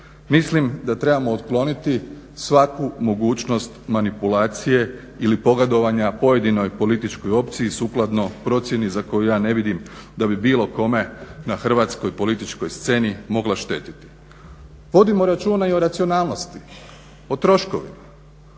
Mislim da trebamo otkloniti svaku mogućnost manipulacije ili pogodovanja pojedinoj političkoj opciji sukladno procjeni za koju ja ne vidim da bi bilo kome na hrvatskoj političkoj sceni mogli štetiti. Vodimo računa i o racionalnosti, o troškovima.